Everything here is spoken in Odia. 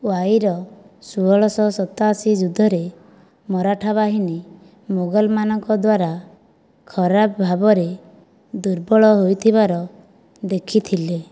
ୱାଇର ସୋହୋଳୟ ଶହ ଶତାଅସି ଯୁଦ୍ଧରେ ମରାଠା ବାହିନୀ ମୋଗଲମାନଙ୍କ ଦ୍ୱାରା ଖରାପ ଭାବରେ ଦୁର୍ବଳ ହୋଇଥିବାର ଦେଖିଥିଲେ